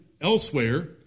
elsewhere